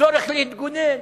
כצורך להתגונן,